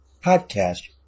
podcast